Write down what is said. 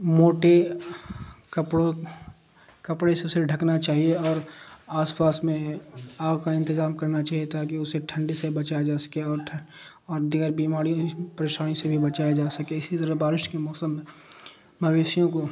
موٹیے کپڑوں کپڑے سے اسے ڈھکنا چاہیے اور آس پاس میں آپ کا انتظام کرنا چاہیے تاکہ اسے ٹھنڈے سے بچایا جا سکے اورھ اور دیگر بیماریوں پریشانی سے بھی بچایا جا سکے اسی طرح بارش کے موسم میں مویسییوں کو